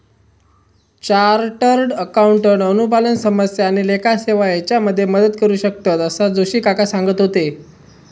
chartered accountant अनुपालन समस्या आणि लेखा सेवा हेच्यामध्ये मदत करू शकतंत, असा जोशी काका सांगत होते